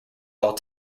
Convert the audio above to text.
all